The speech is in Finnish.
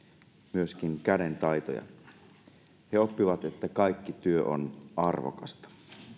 myöskin käden taitoja he oppivat että kaikki työ on arvokasta